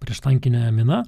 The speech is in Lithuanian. prieštankinę miną